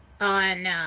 On